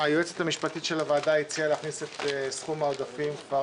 היועצת המשפטית של הוועדה הציעה להכניס את סכום העודפים כבר